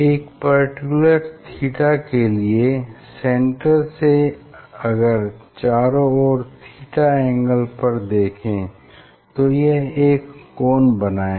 एक particle theta के लिए सेन्टर से अगर चारों ओर थीटा एंगल पर देखें तो यह एक कोन बनाएगा